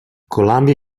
columbia